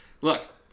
Look